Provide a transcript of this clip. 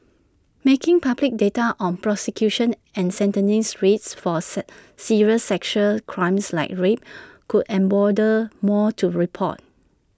making public data on prosecution and sentencing rates for sir serious sexual crimes like rape could embolden more to report